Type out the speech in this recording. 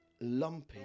lumpy